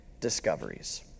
discoveries